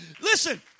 Listen